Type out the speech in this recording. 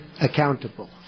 accountable